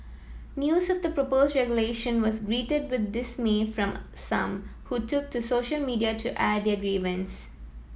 news of the proposed regulation was greeted with dismay from some who took to social media to air their grievances